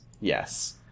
Yes